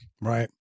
Right